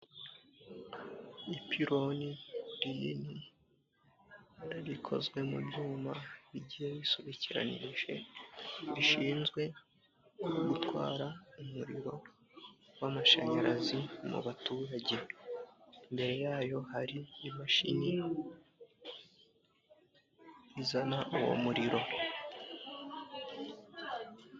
Ipironi rinini rikozwe mu byuma bigiye bisobekeranije, rishinzwe gutwara umuriro w'amashanyarazi mu baturage; Imbere yayo hari imashini izana uwo muriro.